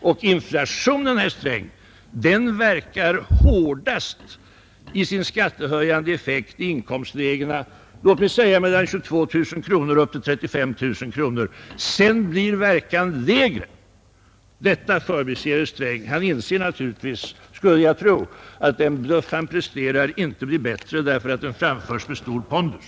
Inflationen, herr Sträng, verkar hårdast i sin skattehöjande effekt i inkomstlägena låt mig säga från 22 000 kronor upp till 35 000 kronor, sedan blir verkan lägre. Detta förbigår herr Sträng. Han inser naturligtvis, skulle jag tro, att den bluff han presterar inte blir bättre därför att den framförs med stor pondus.